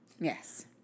Yes